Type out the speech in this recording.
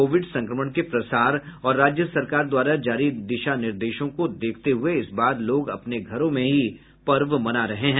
Covid संक्रमण के प्रसार और राज्य सरकार द्वारा जारी दिशा निर्देशों को देखते हुये इस बार लोग अपने घरों में ही पर्व मना रहे हैं